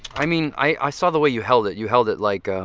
i mean, i saw the way you held it. you held it like ah